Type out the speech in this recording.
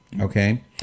okay